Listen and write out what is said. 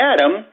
Adam